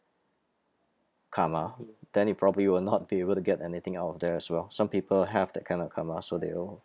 karma then you probably will not be able to get anything out of there as well some people have that kind of karma so they will